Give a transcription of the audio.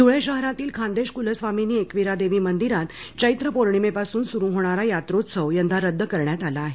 धळे शहरातील खान्देश कुलस्वामिनी एकवीरादेवी मंदिरात चैत्र पौर्णिमेपासून सुरू होणारा यात्रोत्सव यंदा रद्द करण्यात आला आहे